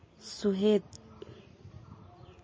ᱥᱩᱦᱮᱫ